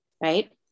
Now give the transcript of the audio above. right